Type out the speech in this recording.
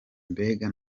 mbega